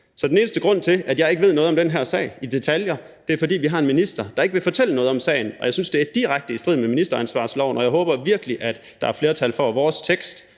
Så den eneste grund til, at jeg ikke ved noget om den her sag i detaljer, er, at vi har en minister, der ikke vil fortælle noget om sagen. Jeg synes, det er direkte i strid med ministeransvarlighedsloven, og jeg håber virkelig, at der er flertal for vores tekst,